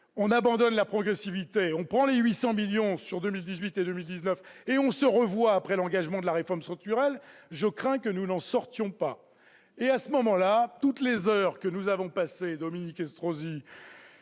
on abandonne la progressivité, on prend les 800 millions d'euros sur 2018 et 2019 et on se revoit après l'engagement de la réforme structurelle, je crains que nous n'en sortions pas ! À ce moment-là, toutes les heures que nous avons passées pour essayer